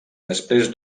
després